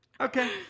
Okay